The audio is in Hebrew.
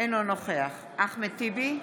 אינו נוכח אחמד טיבי,